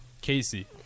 Casey